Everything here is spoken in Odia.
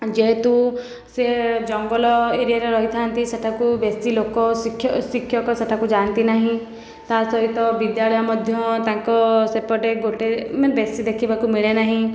ଯେହେତୁ ସେ ଜଙ୍ଗଲ ଏରିୟାରେ ରହିଥାନ୍ତି ସେଠାକୁ ବେଶି ଲୋକ ଶିକ୍ଷକ ସେଠାକୁ ଯାଆନ୍ତି ନାହିଁ ତା'ସହିତ ବିଦ୍ୟାଳୟ ମଧ୍ୟ ତାଙ୍କ ସେପଟେ ଗୋଟିଏ ମାନେ ବେଶି ଦେଖିବାକୁ ମିଳେନାହିଁ